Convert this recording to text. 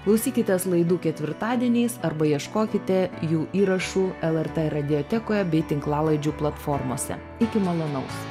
klausykitės laidų ketvirtadieniais arba ieškokite jų įrašų lrt radiotekoje bei tinklalaidžių platformose iki malonaus